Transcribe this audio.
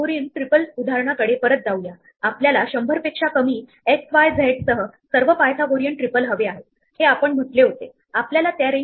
आता हे knight move होत आहे जर तुम्ही चेस्ट सोबत परिचित असाल ते दोन स्क्वेअर वर जाते आणि एक स्क्वेअर डाव्या बाजूला जाते